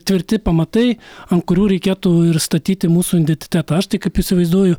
tvirti pamatai ant kurių reikėtų ir statyti mūsų identitetą aš tai kaip įsivaizduoju